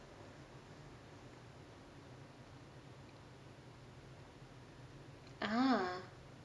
ah